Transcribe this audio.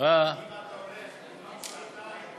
אם אתה הולך בעוד שעתיים,